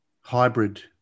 hybrid